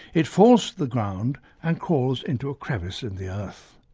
it falls to the ground and crawls into a crevice in the earth.